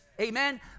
Amen